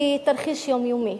היא תרחיש יומיומי,